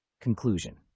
Conclusion